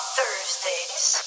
Thursdays